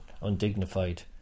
undignified